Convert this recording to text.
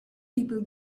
people